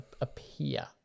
appear